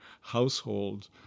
household